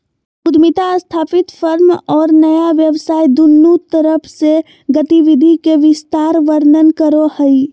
उद्यमिता स्थापित फर्म और नया व्यवसाय दुन्नु तरफ से गतिविधि के विस्तार वर्णन करो हइ